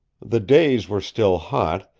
the days were still hot,